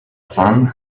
son